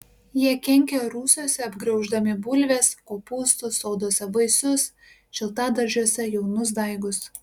jie kenkia rūsiuose apgrauždami bulves kopūstus soduose vaisius šiltadaržiuose jaunus daigus